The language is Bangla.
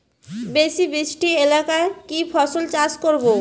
বেশি বৃষ্টি এলাকায় কি ফসল চাষ করব?